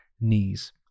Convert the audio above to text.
knees